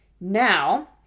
Now